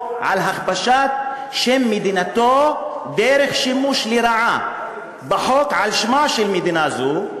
על הכפשת שם מדינתו דרך שימוש לרעה בחוק על שמה של מדינה זו,